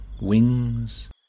wings